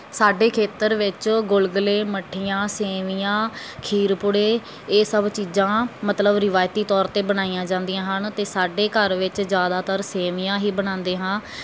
ਸਾਡੇ ਖੇਤਰ ਵਿੱਚ ਗੁਲਗੁਲੇ ਮੱਠੀਆਂ ਸੇਮੀਆਂ ਖੀਰ ਪੂੜੇ ਇਹ ਸਭ ਚੀਜ਼ਾਂ ਮਤਲਬ ਰਿਵਾਇਤੀ ਤੌਰ 'ਤੇ ਬਣਾਈਆਂ ਜਾਂਦੀਆਂ ਹਨ ਅਤੇ ਸਾਡੇ ਘਰ ਵਿੱਚ ਜ਼ਿਆਦਾਤਰ ਸੇਮੀਆਂ ਹੀ ਬਣਾਉਂਦੇ ਹਾਂ